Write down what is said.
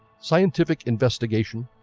scientific investigation,